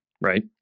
right